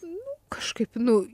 nu kažkaip nu